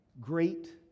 great